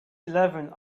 eleven